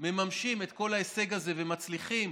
מממשים את כל ההישג הזה ומצליחים